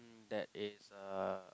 that is uh